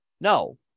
No